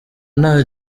nta